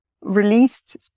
released